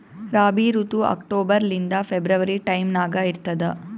ರಾಬಿ ಋತು ಅಕ್ಟೋಬರ್ ಲಿಂದ February time ನಾಗ ಇರ್ತದ